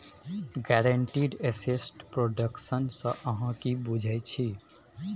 guaranteed asset production सँ अहाँ कि बुझै छी